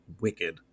wicked